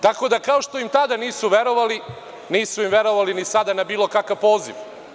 Tako da, kao što im tada nisu verovali, nisu im verovali ni sada na bilo kakav poziv.